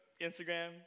Instagram